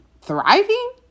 thriving